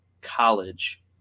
College